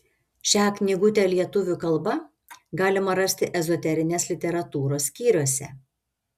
šią knygutę lietuvių kalba galima rasti ezoterinės literatūros skyriuose